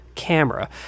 Camera